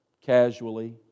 casually